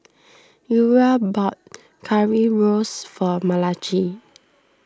Eura bought Currywurst for Malachi